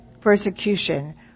persecution